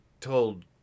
told